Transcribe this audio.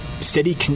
steady